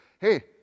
Hey